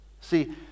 See